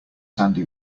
sandy